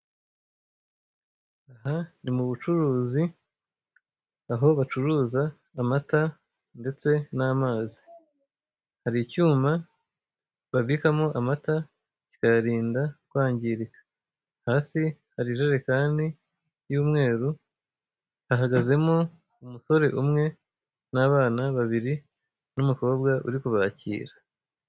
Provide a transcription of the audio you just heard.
Aha ni mu bucuruzi, aho bacuruza amata ndetse n'amazi, hari icyuma babikamo amata kikayarinda kwangirika, hasi hari ijerekani y'umweru, hahagazemo umusore umwe n'abana babiri n'umukobwa uri kubakira.